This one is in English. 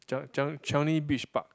cha~ cha~ Changi Beach park